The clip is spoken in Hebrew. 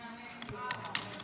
כשחמאס חטף הוא לא הבחין בין ימין